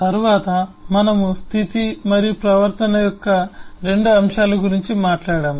తరువాత మనము స్థితి మరియు ప్రవర్తన యొక్క 2 అంశాల గురించి మాట్లాడాము